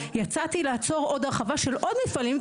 יצאתי לעצור הרחבה של עוד מפעלים,